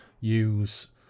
use